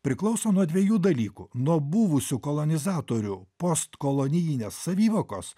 priklauso nuo dviejų dalykų nuo buvusių kolonizatorių postkolonijinės savivokos